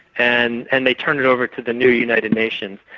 and and they turned it over to the new united nations.